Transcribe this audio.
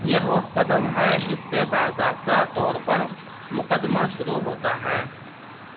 یہ وہ قدم ہے جس سے باضابطہ طور پر مقدمہ شروع ہوتا ہے